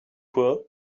quoi